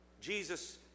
Jesus